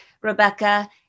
Rebecca